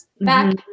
back